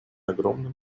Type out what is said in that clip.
огромным